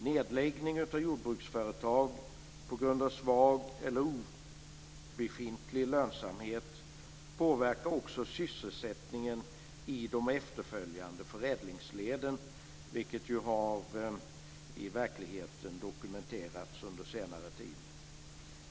Nedläggningen av jordbruksföretag på grund av svag eller obefintlig lönsamhet påverkar också sysselsättningen i de efterföljande förädlingsleden, något som ju har dokumenterats i verkligheten under senare tid.